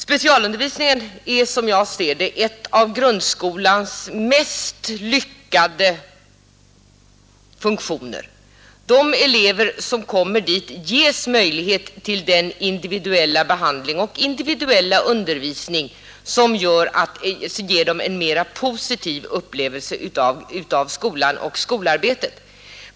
Specialundervisningen är som jag ser det en av grundskolans mest lyckade funktioner. De elever som kommer dit ges möjligheter till en individuell behandling och en individuell undervisning som ger dem en mera positiv upplevelse av skolan och skolarbetet.